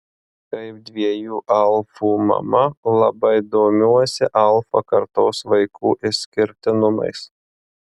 kaip dviejų alfų mama labai domiuosi alfa kartos vaikų išskirtinumais